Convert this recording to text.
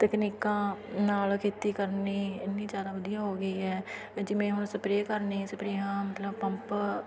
ਤਕਨੀਕਾਂ ਨਾਲ ਖੇਤੀ ਕਰਨੀ ਐਨੀ ਜ਼ਿਆਦਾ ਵਧੀਆ ਹੋ ਗਈ ਹੈ ਜਿਵੇਂ ਹੁਣ ਸਪਰੇ ਕਰਨੀ ਸਪਰੇਹਾਂ ਮਤਲਬ ਪੰਪ